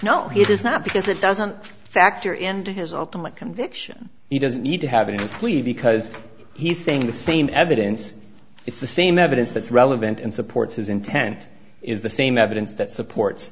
know it is not because it doesn't factor into his all to my conviction he doesn't need to have these please because he's saying the same evidence it's the same evidence that's relevant and supports his intent is the same evidence that supports